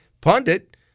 Pundit